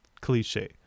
cliche